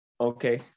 Okay